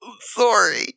Sorry